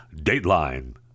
Dateline